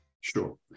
Sure